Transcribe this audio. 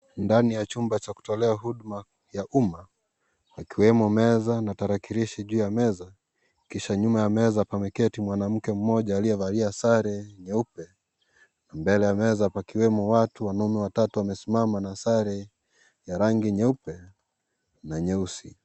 Ndani ya chumba cha kutolea huduma ya uuma. Ikiwemo meza na tarakilishi juu ya meza .Kisha nyuma ya meza pameketi mwanamke mmoja aliyevalia sare nyeupe. Mbele ya meza pakiwemo watu wanaume watatu wamesimama na sare ya rangi nyeupe na nyeusi.